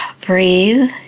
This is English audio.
breathe